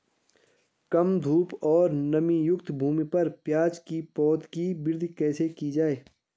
कम धूप और नमीयुक्त भूमि पर प्याज़ के पौधों की वृद्धि कैसे की जाए?